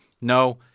No